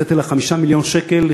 הקציתי לה 5 מיליון שקל,